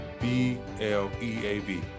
B-L-E-A-V